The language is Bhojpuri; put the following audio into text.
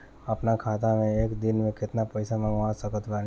अपना खाता मे एक दिन मे केतना पईसा मँगवा सकत बानी?